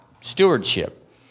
stewardship